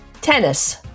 tennis